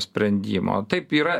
sprendimo taip yra